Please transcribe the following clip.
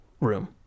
room